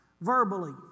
verbally